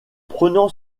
prenant